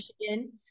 michigan